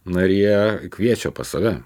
na ir jie kviečia pas save